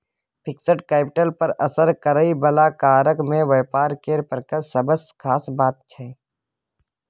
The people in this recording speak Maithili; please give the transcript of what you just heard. फिक्स्ड कैपिटल पर असर करइ बला कारक मे व्यापार केर प्रकृति सबसँ खास बात छै